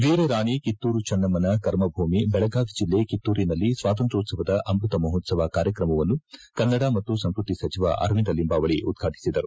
ವೀರರಾಣಿ ಕಿತ್ತೂರು ಚೆನ್ನಮ್ಮನ ಕರ್ಮಭೂಮಿ ಬೆಳಗಾವಿ ಜಿಲ್ಲೆ ಕಿತ್ತೂರಿನಲ್ಲಿ ಸ್ವಾತಂತ್ರೋತ್ಸವದ ಅಮೃತ ಮಹೋತ್ಸವ ಕಾರ್ಯಕ್ರಮವನ್ನು ಕನ್ನಡ ಮತ್ತು ಸಂಸ್ಕೃತಿ ಸಚಿವ ಅರವಿಂದ ಲಿಂಬಾವಳಿ ಉದ್ವಾಟಿಸಿದರು